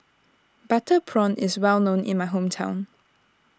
Butter Prawn is well known in my hometown